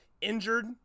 injured